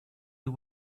you